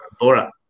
Bora